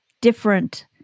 different